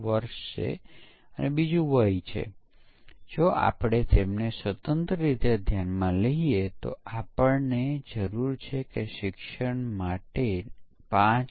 અથવા બીજા શબ્દોમાં કહીએ તો સંપૂર્ણ સિસ્ટમ પરીક્ષણ શા માટે ન કરી શકાય